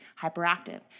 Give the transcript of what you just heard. hyperactive